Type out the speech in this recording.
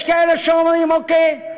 יש כאלה שאומרים: אוקיי,